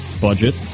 budget